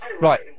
right